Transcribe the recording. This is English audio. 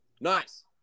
Nice